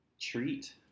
Treat